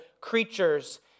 creatures